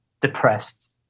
depressed